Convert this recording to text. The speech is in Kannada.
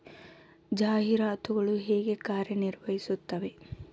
ಜಾಹೀರಾತುಗಳು ಹೇಗೆ ಕಾರ್ಯ ನಿರ್ವಹಿಸುತ್ತವೆ?